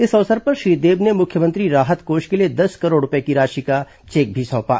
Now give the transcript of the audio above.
इस अवसर पर श्री देब ने मुख्यमंत्री राहत कोष के लिए दस करोड़ रूपये की राशि का चेक भी सौंपा